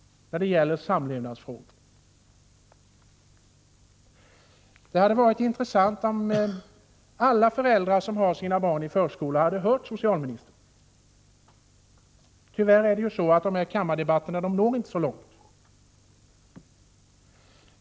Det hade varit intressant om alla föräldrar som har sina barn i förskola hade hört socialministern. Tyvärr är det så att debatterna i kammaren inte når så långt.